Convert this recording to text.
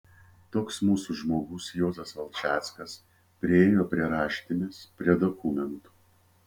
toks mūsų žmogus juozas valčackas priėjo prie raštinės prie dokumentų